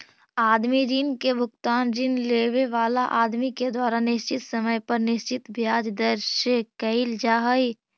आदमी ऋण के भुगतान ऋण लेवे वाला आदमी के द्वारा निश्चित समय पर निश्चित ब्याज दर से कईल जा हई